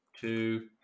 two